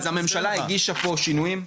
אז הממשלה הגישה פה שינויים?